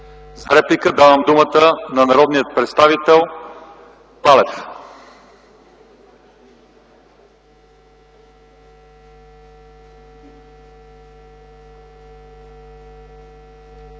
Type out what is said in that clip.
За реплика давам думата на народния представител Палев.